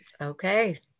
Okay